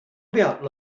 about